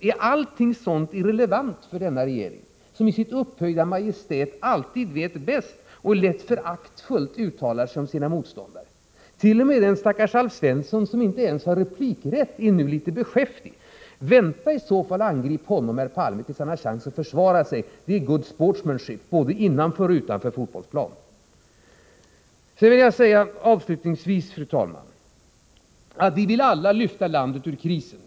Är allting sådant irrelevant för denna regering som i sitt upphöjda majestät alltid vet bäst och som lätt föraktfullt uttalar sig om sina motståndare. T.o.m. den stackars Alf Svensson som inte ens har replikrätt är nu litet beskäftig. Vänta med att angripa honom, herr Palme, till dess att han har chans att försvara sig. Det är ”good sportsmanship” både på och utanför fotbollsplanen. Sedan vill jag avslutningsvis, fru talman, säga att vi alla vill lyfta landet ur krisen.